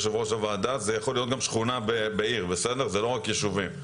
זה יכול להיות גם שכונה בעיר, זה לא רק יישובים.